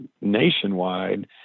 nationwide